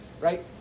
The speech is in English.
right